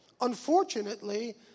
Unfortunately